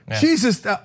Jesus